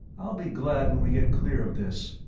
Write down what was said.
i'll be glad when we get clear of this.